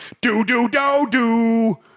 do-do-do-do